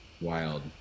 Wild